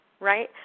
right